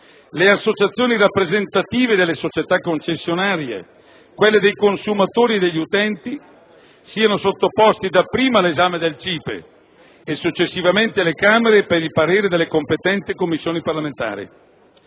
le associazioni rappresentative delle società concessionarie e quelle di consumatori e utenti, siano sottoposti dapprima all'esame del CIPE e successivamente alle Camere per il parere delle competenti Commissioni parlamentari.